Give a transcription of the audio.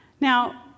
Now